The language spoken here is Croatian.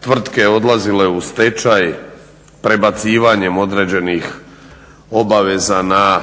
tvrtke odlazile u stečaj, prebacivanjem određenih obaveza na